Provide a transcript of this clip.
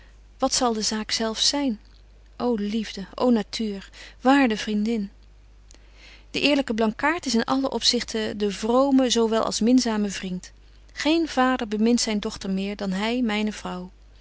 wat zal de zaak zelf zyn ô liefde ô natuur waarde vriendin betje wolff en aagje deken historie van mejuffrouw sara burgerhart de eerlyke blankaart is in allen opzichte de vrome zo wel als minzame vriend geen vader bemint zyn dochter meer dan hy myne vrouw